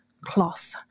cloth